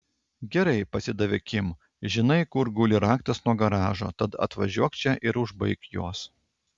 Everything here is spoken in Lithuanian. gerai pasidavė kim žinai kur guli raktas nuo garažo tad atvažiuok čia ir užbaik juos